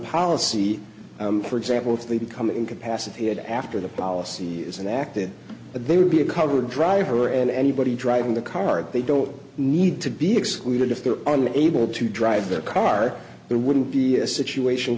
policy for example if they become incapacitated after the policy is an act that they would be a cover driver and anybody driving the car that they don't need to be excluded if they're only able to drive their car there wouldn't be a situation